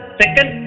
second